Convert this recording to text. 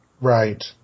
Right